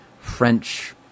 French